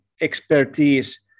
expertise